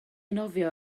nofio